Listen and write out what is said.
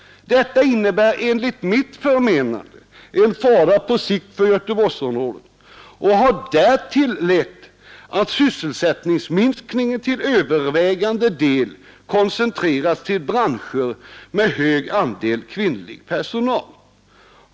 Detta innebär enligt mitt förmenande en fara på sikt för Göteborgsområdet och har därtill lett till att sysselsättningsminskningen till övervägande del koncentrerats till branscher med hög andel kvinnlig personal.